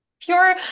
pure